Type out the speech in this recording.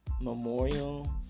memorial